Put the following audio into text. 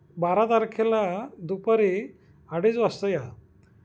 बारा तारखेला दुपारी अडीच वाजता या